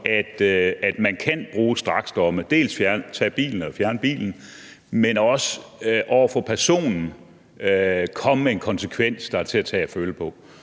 kan bruge straksdomme – dels fjerne bilen, dels over for personen komme med en konsekvens, der er til at tage og føle på.